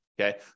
okay